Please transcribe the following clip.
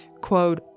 quote